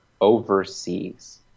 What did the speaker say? overseas